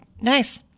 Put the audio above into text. nice